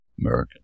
American